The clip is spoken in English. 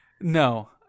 no